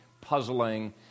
puzzling